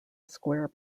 square